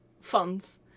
funds